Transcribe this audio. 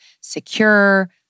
secure